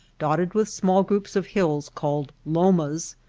dotted with small groups of hills called lomas,